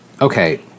Okay